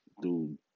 dude